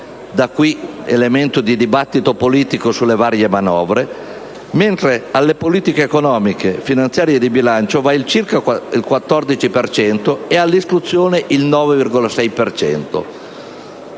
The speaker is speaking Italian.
totale (elemento di dibattito politico sulle varie manovre), mentre alle politiche economiche, finanziarie e di bilancio va circa il 14 per cento e all'istruzione il 9,6